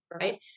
right